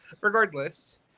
Regardless